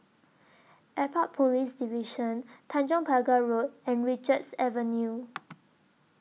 Airport Police Division Tanjong Pagar Road and Richards Avenue